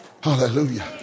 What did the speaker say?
Hallelujah